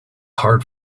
hard